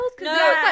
No